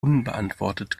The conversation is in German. unbeantwortet